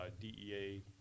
DEA